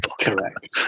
correct